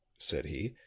said he,